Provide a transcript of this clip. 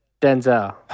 Denzel